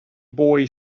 boy